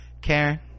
karen